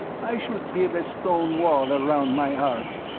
i should build a stone wall around my heart.